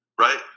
right